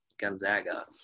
Gonzaga